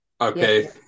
okay